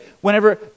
whenever